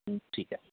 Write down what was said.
ठीक आहे